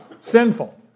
sinful